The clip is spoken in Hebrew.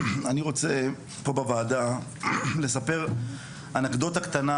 אני רוצה פה בוועדה לספר אנקדוטה קטנה